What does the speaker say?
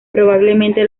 probablemente